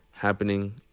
Happening